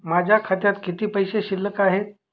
माझ्या खात्यात किती पैसे शिल्लक आहेत?